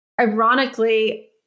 Ironically